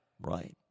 Right